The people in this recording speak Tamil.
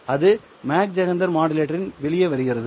அது மாக் ஜெஹெண்டர் மாடுலேட்டரிலிருந்து வெளியே வருகிறது